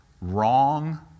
wrong